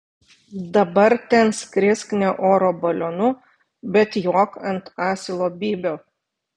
dabar ten skrisk ne oro balionu bet jok ant asilo bybio